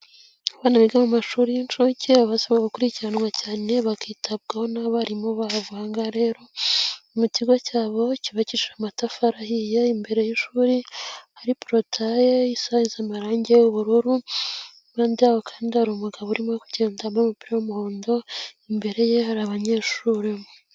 Abana biga mu mashuri y'inshuke ,baba basabwa gukurikiranwa cyane, bakitabwaho n'abarimu babo ,aha ngaha rero ni mu kigo cyabo ,cyubakishijwe amatafari ahiye ,imbere y'ishuri hari porotayi isizwe amarangi y'ubururu ,impande yaho kandi hari umugabo urimo kugenda wambaye umupira w'umuhondo, imbere ye hari abanyeshuri.